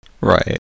Right